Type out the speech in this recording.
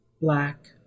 black